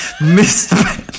Missed